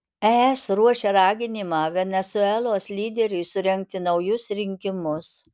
es ruošia raginimą venesuelos lyderiui surengti naujus rinkimus